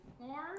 more